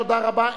תודה רבה,